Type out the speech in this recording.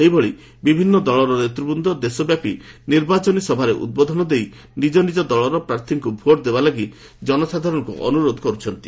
ସେହିଭଳି ବିଭିନ୍ନ ଦଳର ନେତୃବୃନ୍ଦ ଦେଶବ୍ୟାପୀ ନିର୍ବାଚନୀ ସଭାରେ ଉଦ୍ବୋଧନ ଦେଇ ନିଜ ନିଜ ଦଳର ପ୍ରାର୍ଥୀଙ୍କୁ ଭୋଟ୍ ଦେବାଲାଗି ଜନସାଧାରଣଙ୍କୁ ଅନୁରୋଧ କରୁଛନ୍ତି